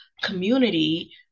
community